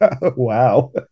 Wow